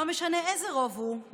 לא משנה איזה רוב הוא,